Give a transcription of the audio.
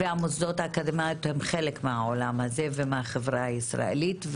והמוסדות האקדמיים הם חלק מהעולם הזה ומהחברה הישראלית.